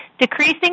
decreasing